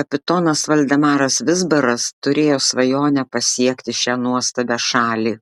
kapitonas valdemaras vizbaras turėjo svajonę pasiekti šią nuostabią šalį